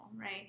right